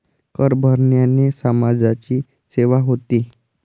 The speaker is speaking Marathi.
कर भरण्याने समाजाची सेवा होते